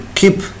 keep